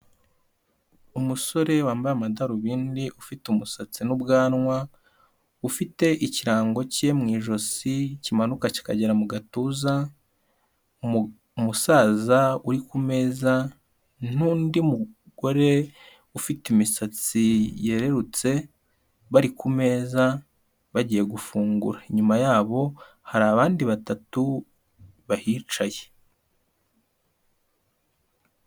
Umusore wambaye amadarubindi ufite umusatsi n'ubwanwa, ufite ikirango cye mu ijosi kimanuka kikagera mu gatuza, umusaza uri ku meza n'undi mugore ufite imisatsi yerurutse, bari ku meza bagiye gufungura. Inyuma yabo hari abandi batatu bahicaye.